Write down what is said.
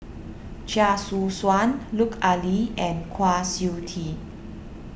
Chia Choo Suan Lut Ali and Kwa Siew Tee